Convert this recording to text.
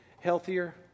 healthier